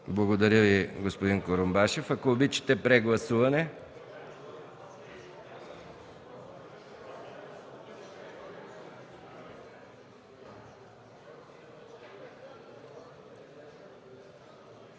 Благодаря Ви, господин Курумбашев. Ако обичате, прегласуване.